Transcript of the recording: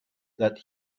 that